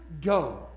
go